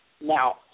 Now